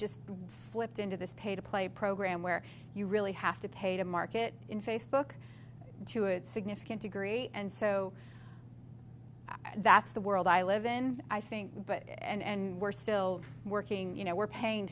just slipped into this pay to play program where you really have to pay to market in facebook to a significant degree and so that's the world i live in i think but and we're still working you know we're paying